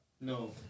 No